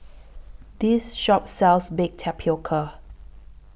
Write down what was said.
This Shop sells Baked Tapioca